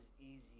easy